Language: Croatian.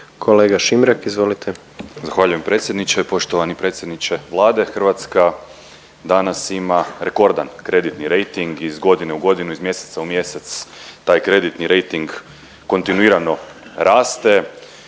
Maksimilijan (HDZ)** Zahvaljujem predsjedniče. Poštovani predsjedniče Vlade. Hrvatska danas ima rekordan kreditni rejting iz godine u godinu, iz mjeseca u mjesec taj kreditni rejting kontinuirano raste